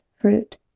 fruit